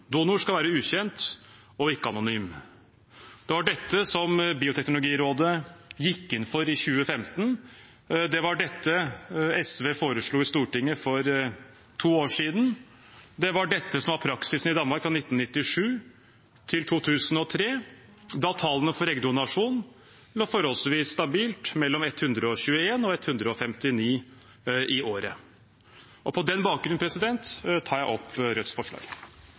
Donor skal være ukjent og ikke-anonym.» Det var dette Bioteknologirådet gikk inn for i 2015. Det var dette SV foreslo i Stortinget for to år siden. Det var dette som var praksisen i Danmark fra 1997 til 2003, da tallene for eggdonasjon lå forholdsvis stabilt mellom 121 og 159 i året. På den bakgrunn tar jeg opp Rødts forslag.